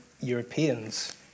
Europeans